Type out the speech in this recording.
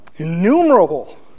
innumerable